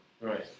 Right